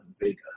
Vega